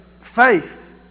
faith